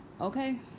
Okay